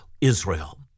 Israel